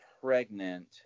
pregnant